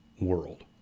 world